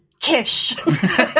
Kish